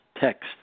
text